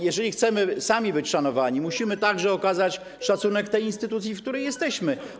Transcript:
Jeżeli sami chcemy być szanowani, musimy także okazać szacunek tej instytucji, w której jesteśmy.